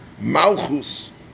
Malchus